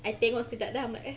I tengok tak dalam ah